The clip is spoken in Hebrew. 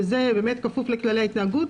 שזה באמת כפוף לכללי ההתנהגות,